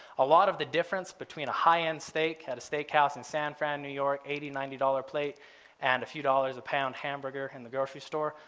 a lot of the difference between a high-end stake had a steak house in san fran new york eighty ninety dollars a plate and a few dollars a pound hamburger in the grocery store.